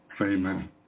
Amen